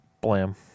blam